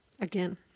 again